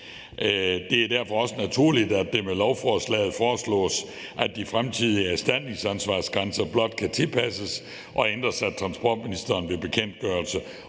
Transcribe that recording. Det er derfor også naturligt, at det med lovforslaget foreslås, at de fremtidige erstatningsansvarsgrænser blot kan tilpasses og ændres af transportministeren ved bekendtgørelse